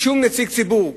שום נציג ציבור.